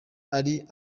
ari